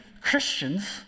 Christians